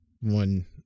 one